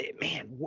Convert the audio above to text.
man